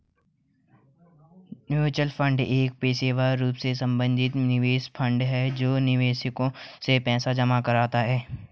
mutual fund एक पेशेवर रूप से प्रबंधित निवेश फंड है जो निवेशकों से पैसा जमा कराता है